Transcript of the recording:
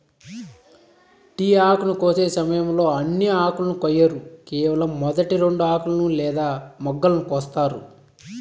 tea ఆకును కోసే సమయంలో అన్ని ఆకులను కొయ్యరు కేవలం మొదటి రెండు ఆకులను లేదా మొగ్గలను కోస్తారు